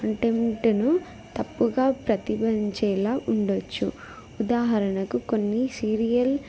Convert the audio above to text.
కంటెంట్ను తప్పుగా ప్రతిబింబించేలా ఉండచ్చు ఉదాహరణకు కొన్ని సీరియల్